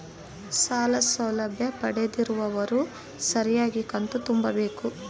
ಸಾಲ ಸೌಲಭ್ಯ ಪಡೆದಿರುವವರು ಸರಿಯಾಗಿ ಕಂತು ತುಂಬಬೇಕು?